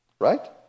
Right